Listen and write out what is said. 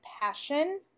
passion